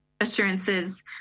assurances